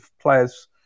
players